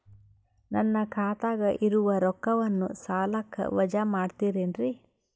ನನ್ನ ಖಾತಗ ಇರುವ ರೊಕ್ಕವನ್ನು ಸಾಲಕ್ಕ ವಜಾ ಮಾಡ್ತಿರೆನ್ರಿ?